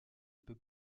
peux